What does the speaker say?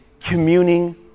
communing